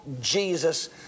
Jesus